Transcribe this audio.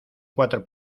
cuatro